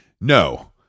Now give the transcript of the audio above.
No